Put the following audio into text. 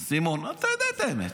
סימון, אתה יודע את האמת.